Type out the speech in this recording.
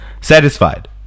satisfied